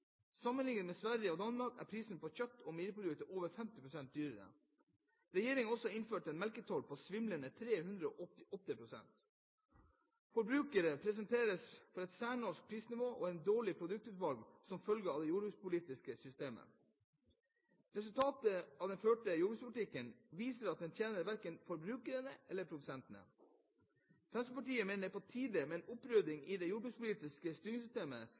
Sammenlignet med Sverige og Danmark er prisen på kjøtt og meieriprodukter over 50 pst. høyere i Norge. Regjeringen har også innført en melketoll på svimlende 388 pst. Forbrukeren presenteres for et særnorsk prisnivå og et dårligere produktutvalg som følge av det jordbrukspolitiske systemet. Resultatet av den førte jordbrukspolitikken viser at den tjener verken forbrukerne eller produsentene. Fremskrittspartiet mener det er på tide med en opprydding i det jordbrukspolitiske